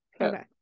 Okay